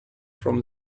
from